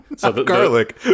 garlic